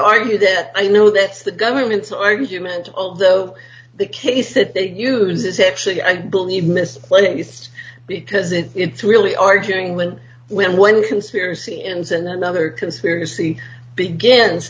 argue that i know that's the government's argument although the case that they use is actually i believe miss what it used because it into really arguing when when when conspiracy ends and another conspiracy begins